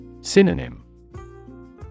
Synonym